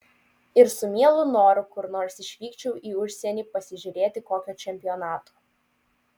ir su mielu noru kur nors išvykčiau į užsienį pasižiūrėti kokio čempionato